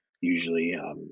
usually